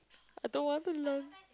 I don't want to learn